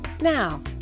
Now